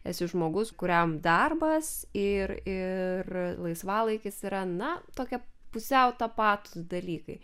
esi žmogus kuriam darbas ir ir laisvalaikis yra na tokia pusiau tapatūs dalykai